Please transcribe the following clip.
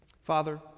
Father